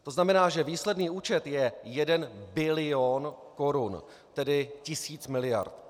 To znamená, že výsledný účet je 1 bil. korun, tedy tisíc miliard.